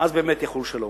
ואז באמת יחול שלום.